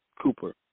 Cooper